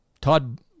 Todd